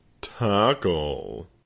Tackle